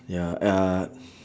ya uh